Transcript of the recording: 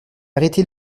arrêter